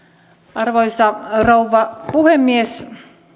arvoisa rouva puhemies